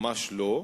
ממש לא,